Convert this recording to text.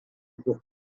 pour